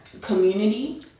community